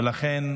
ולכן,